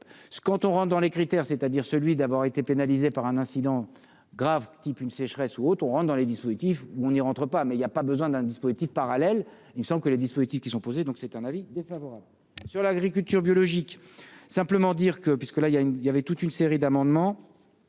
quand on rentre dans les critères, c'est-à-dire celui d'avoir été pénalisé par un incident grave type une sécheresse ou autre, on rentre dans les dispositifs où on y rentre pas mais il y a pas besoin d'un dispositif parallèle, il me semble que les dispositifs qui sont posées, donc c'est un avis défavorable sur l'agriculture biologique simplement dire que, puisque là il y a une il y avait toute une série d'amendements,